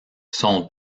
son